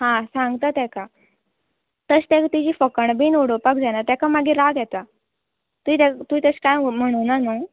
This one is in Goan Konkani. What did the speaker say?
हां सांगता तेका तशें तेका तेजी फकाणां बीन उडोवपाक जायना तेका मागीर राग येता तुवें तेका तुवें तशें कांय म्हणूना न्हू